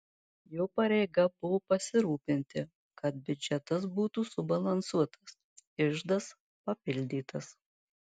jo pareiga buvo pasirūpinti kad biudžetas būtų subalansuotas iždas papildytas